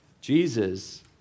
Jesus